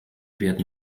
währt